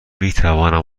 میتوانم